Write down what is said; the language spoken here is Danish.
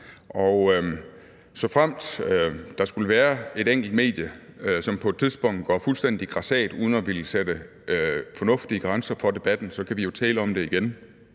såfremt der skulle være et enkelt medie, som på et tidspunkt går fuldstændig grassat uden at ville sætte fornuftige grænser for debatten, så kan vi jo tale om det igen.